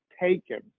taken